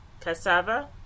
Cassava